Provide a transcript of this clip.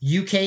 UK